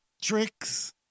tricks